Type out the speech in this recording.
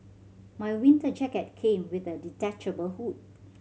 my winter jacket came with a detachable hood